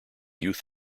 youth